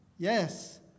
Yes